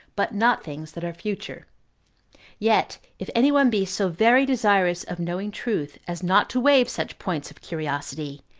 but not things that are future yet if any one be so very desirous of knowing truth, as not to wave such points of curiosity,